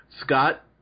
Scott